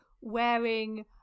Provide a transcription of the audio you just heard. wearing